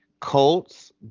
Colts